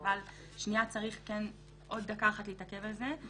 אבל צריך עוד דקה אחת להתעכב על זה.